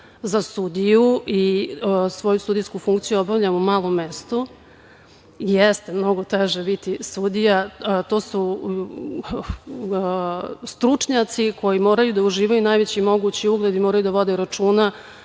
za sudiju i svoju sudijsku funkciju obavljam u malom mestu. Jeste mnogo teže biti sudija, to su stručnjaci koji moraju da uživaju najveći mogući ugled i moraju da vode računa